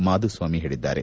ಮಾಧುಸ್ವಾಮಿ ಹೇಳಿದ್ದರು